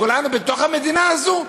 וכולנו בתוך המדינה הזו,